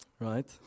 Right